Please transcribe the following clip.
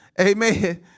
amen